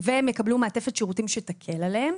והם יקבלו מעטפת שירותים שתקל עליהם.